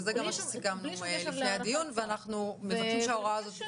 וזה גם מה שסיכמנו לפני הדיון ואנחנו מבקשים שההוראה הזאת